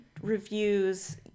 reviews